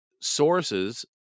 sources